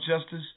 Justice